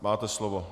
Máte slovo.